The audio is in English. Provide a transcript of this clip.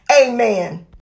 Amen